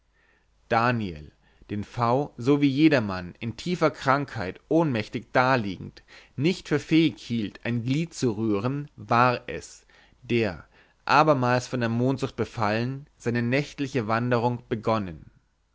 daniel den v so wie jedermann in tiefer krankheit ohnmächtig daliegend nicht für fähig hielt ein glied zu rühren war es der abermals von der mondsucht befallen seine nächtliche wanderung begonnen